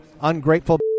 ungrateful